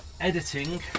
editing